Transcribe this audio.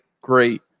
great